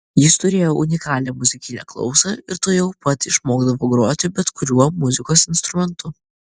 jis turėjo unikalią muzikinę klausą ir tuojau pat išmokdavo groti bet kuriuo muzikos instrumentu